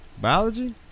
Biology